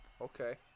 Okay